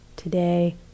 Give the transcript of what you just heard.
today